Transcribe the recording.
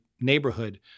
neighborhood